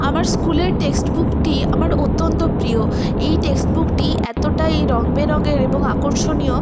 আমার স্কুলের টেক্সট বুকটি আমার অত্যন্ত প্রিয় এই টেক্সট বুকটি এতটাই রংবেরঙের এবং আকর্ষণীয়